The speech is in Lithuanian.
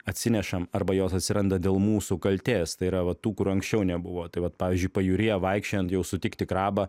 atsinešam arba jos atsiranda dėl mūsų kaltės tai yra va tų kur anksčiau nebuvo tai vat pavyzdžiui pajūryje vaikščiojant jau sutikti krabą